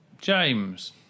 James